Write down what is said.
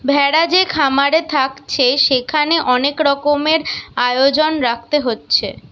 ভেড়া যে খামারে থাকছে সেখানে অনেক রকমের আয়োজন রাখতে হচ্ছে